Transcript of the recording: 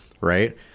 right